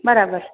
બરાબર